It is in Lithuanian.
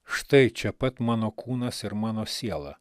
štai čia pat mano kūnas ir mano siela